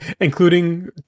including